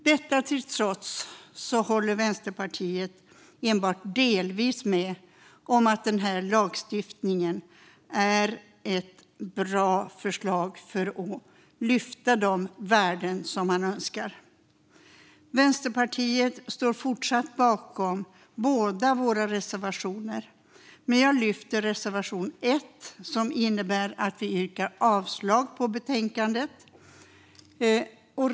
Detta till trots håller Vänsterpartiet enbart delvis med om att denna lagstiftning är ett bra förslag för att lyfta fram de värden som man önskar. Vi i Vänsterpartiet står fortsatt bakom båda våra reservationer, men jag yrkar bifall endast till reservation 1, som innebär att vi yrkar avslag på utskottets förslag i betänkandet.